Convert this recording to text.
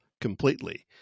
completely